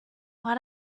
what